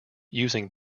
using